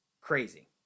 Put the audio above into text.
crazy